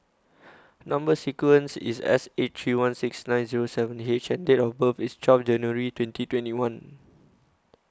Number sequence IS S eight three one six nine Zero seven H and Date of birth IS twelve January twenty twenty one